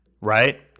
right